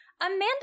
Amanda